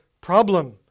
problem